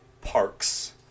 Parks